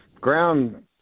ground